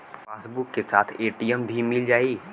Passbook के साथ ATM भी मील जाई?